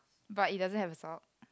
but it doesn't have a sock